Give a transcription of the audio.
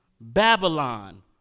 Babylon